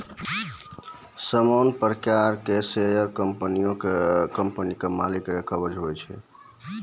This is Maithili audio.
सामान्य शेयर एक प्रकार रो कंपनी के मालिक रो कवच हुवै छै